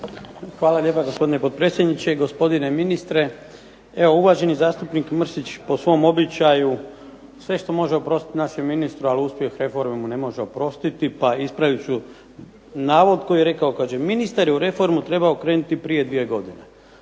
Hvala lijepo gospodine potpredsjedniče. Gospodine ministre. Evo uvaženi zastupnik Mrsić po svom običaju sve što može oprostiti našem ministru, ali uspjeh reforme mu ne može oprostiti pa ispravit ću navod koji je rekao. Ministar je u reformu trebao krenuti prije dvije godine.